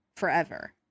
Forever